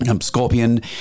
Scorpion